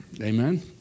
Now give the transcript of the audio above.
Amen